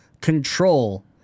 Control